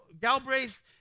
Galbraith